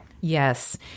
Yes